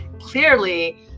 clearly